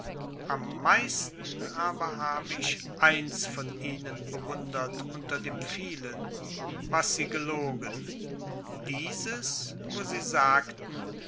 am meisten aber habe ich eins von ihnen bewundert unter dem vielen was sie gelogen dieses wo sie sagten